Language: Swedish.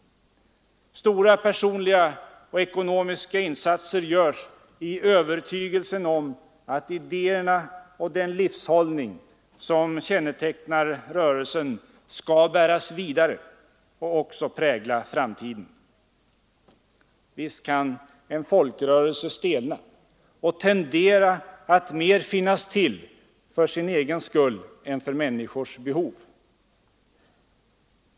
Stora personliga och ekonomiska insatser görs i övertygelsen om att idéerna och den livshållning som kännetecknar rörelsen skall bäras vidare och även prägla framtiden. Visst kan en folkrörelse stelna och tendera att mera finnas till för sin egen skull än för människors behov.